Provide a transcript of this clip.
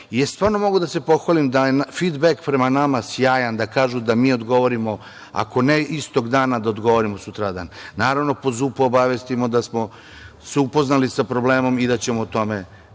stvarno mogu da se pohvalim da je fidbek prema nama sjajan, da kažu da mi odgovorimo, ako ne istog dana, da odgovorimo sutradan. Naravno, SUP obavestimo da smo se upoznali sa problemom i da ćemo o tome